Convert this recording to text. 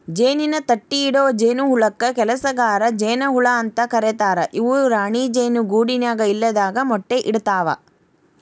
ಜೇನಿನ ತಟ್ಟಿಇಡೊ ಜೇನಹುಳಕ್ಕ ಕೆಲಸಗಾರ ಜೇನ ಹುಳ ಅಂತ ಕರೇತಾರ ಇವು ರಾಣಿ ಜೇನು ಗೂಡಿನ್ಯಾಗ ಇಲ್ಲದಾಗ ಮೊಟ್ಟಿ ಇಡ್ತವಾ